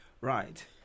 Right